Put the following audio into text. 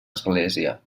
església